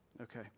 Okay